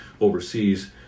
overseas